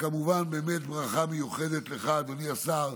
וכמובן באמת ברכה מיוחדת לך, אדוני השר.